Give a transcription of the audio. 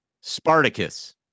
Spartacus